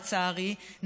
לצערי,